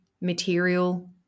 material